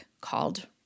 called